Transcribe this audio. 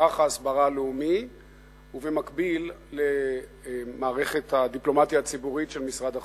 מערך ההסברה הלאומי ובמקביל למערכת הדיפלומטיה הציבורית של משרד החוץ.